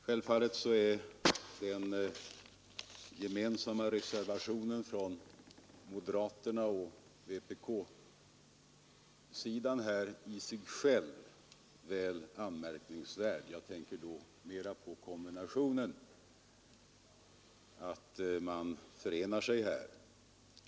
Självfallet är den gemensamma reservationen från moderaterna och vpk anmärkningsvärd — jag tänker då mera på kombinationen än på innehållet.